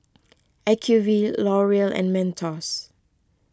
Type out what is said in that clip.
Acuvue L'Oreal and Mentos